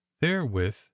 therewith